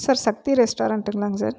sir Sakthi ரெஸ்டாரண்டுங்களாங்க sir